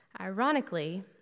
Ironically